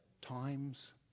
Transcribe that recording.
Times